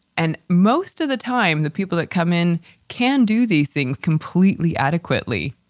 and most of the time, the people that come in can do these things completely adequately.